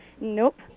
nope